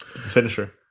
Finisher